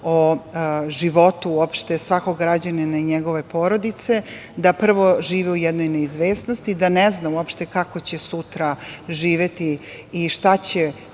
o životu uopšte svakog građanina i njegove porodice, da prvo žive u jednoj neizvesnosti, da ne zna uopšte kako će sutra živeti i šta će